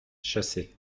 chassé